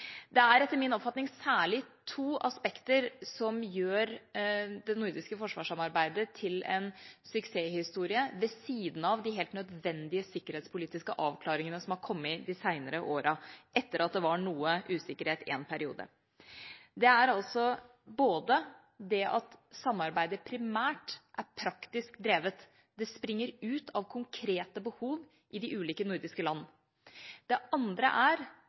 Det er etter min oppfatning særlig to aspekter som gjør det nordiske forsvarssamarbeidet til en suksesshistorie, ved siden av de helt nødvendige sikkerhetspolitiske avklaringene som har kommet de senere årene etter at det var noe usikkerhet en periode. Det er at samarbeidet primært er praktisk drevet. Det springer ut av konkrete behov i de ulike nordiske land. Det andre er